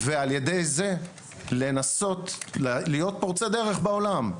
ועל ידי זה לנסות להיות פורצי דרך בעולם,